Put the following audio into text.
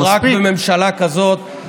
זה סוג של דבר שאפשר לעשות רק בממשלה כזאת,